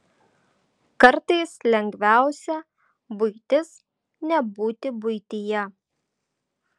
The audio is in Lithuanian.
kartais lengviausia buitis nebūti buityje